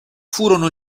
furono